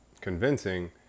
convincing